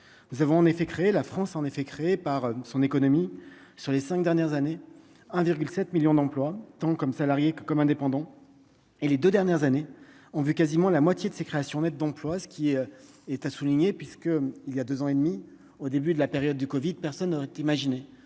nous avons en effet créé la France a en effet créé par son économie sur les 5 dernières années 1,7 millions d'emplois temps comme salarié que comme indépendant et les deux dernières années ont vu quasiment la moitié de ses créations nettes d'emplois, ce qui est à souligner, puisque il y a 2 ans et demi au début de la période du Covid, personne n'aurait imaginé